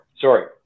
sorry